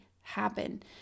happen